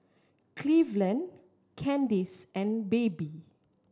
Cleveland Kandice and Baby